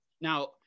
now